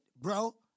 bro